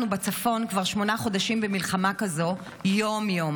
בצפון כבר שמונה חודשים במלחמה כזאת יום-יום.